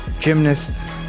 gymnasts